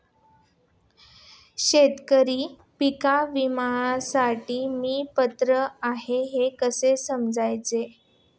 शेतकरी पीक विम्यासाठी मी पात्र आहे हे कसे समजायचे?